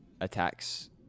attacks